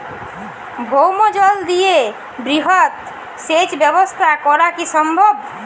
ভৌমজল দিয়ে বৃহৎ সেচ ব্যবস্থা করা কি সম্ভব?